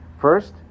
First